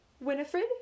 Winifred